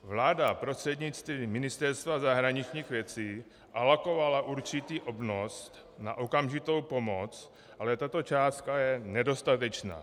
Vláda prostřednictvím Ministerstva zahraničních věcí alokovala určitý obnos na okamžitou pomoc, ale tato částka je nedostatečná.